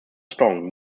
strong